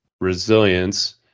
resilience